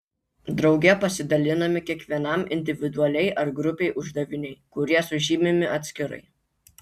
drauge pasidalinami kiekvienam individualiai ar grupei uždaviniai kurie sužymimi atskirai